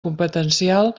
competencial